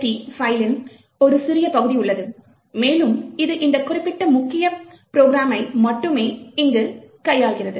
lst பைலின் ஒரு சிறிய பகுதி உள்ளது மேலும் இது இந்த குறிப்பிட்ட முக்கிய ப்ரோக்ராமை மட்டுமே இங்கு கையாள்கிறது